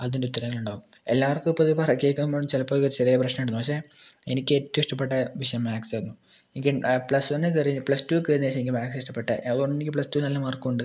അതിനുത്തരം അതിലുണ്ടാകും എല്ലാവർക്കും ഇപ്പമത് കറക്റ്റായേക്കാം എന്നാൽ ചിലപ്പമത് ചെറിയ പ്രശ്നമുണ്ടാകും പക്ഷേ എനിക്ക് ഏറ്റവും ഇഷ്ട്ടപ്പെട്ട വിഷയം മാത്സായിരുന്നു എനിക്ക് പ്ലസ് വൺന് കയറിയപ്പം പ്ലസ് ടുക്കെ അത്യാവശ്യം മാത്സ് ഇഷ്ട്ടപ്പെട്ട അതുകൊണ്ട് എനിക്ക് പ്ലസ് ടു നല്ല മാർക്കൊണ്ട്